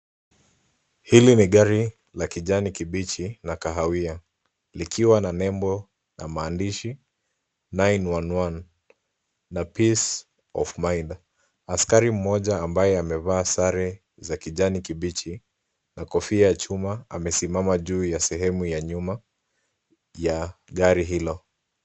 Hili ni gari la kijani kibichi na kahawia likiwa na lebo na maandishi 911 na PEACE OF MIND .Askari mmoja ambaye amevaa sare za kijani kibichi na kofia ya chuma amesimama juu ya sehemu ya nyuma ya gari hilo.